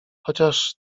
chociaż